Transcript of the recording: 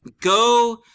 Go